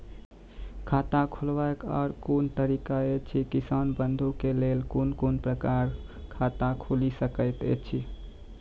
खाता खोलवाक आर कूनू तरीका ऐछि, किसान बंधु के लेल कून कून प्रकारक खाता खूलि सकैत ऐछि?